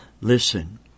Listen